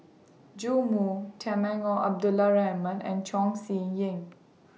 Joash Moo Temenggong Abdul Rahman and Chong Siew Ying